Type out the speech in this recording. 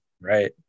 Right